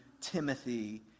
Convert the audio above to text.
Timothy